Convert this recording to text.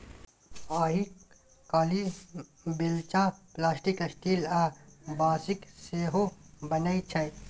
आइ काल्हि बेलचा plastic, steel आ बाँसक सेहो बनै छै